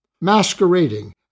masquerading